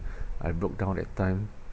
I broke down that time